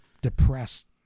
depressed